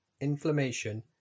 inflammation